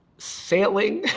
sailing?